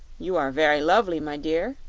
you are very lovely, my dear,